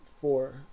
four